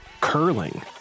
curling